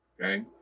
okay